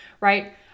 right